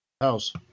House